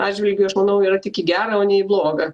atžvilgiu aš manau yra tik į gera o ne į bloga